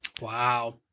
wow